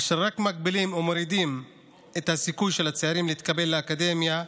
אשר רק מגבילים ומורידים את הסיכוי של הצעירים להתקבל לאקדמיה,